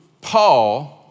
Paul